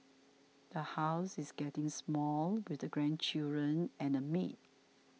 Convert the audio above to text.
the house is getting small with the grandchildren and a maid